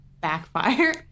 backfire